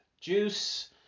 juice